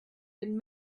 been